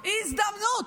הזדמנות,